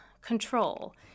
control